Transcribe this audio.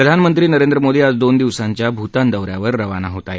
प्रधानमंत्री नरेंद्र मोदी आज दोन दिवसांच्या भूतान दौ यावर रवाना होत आहेत